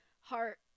heart